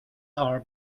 are